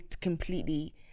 completely